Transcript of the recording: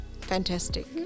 Fantastic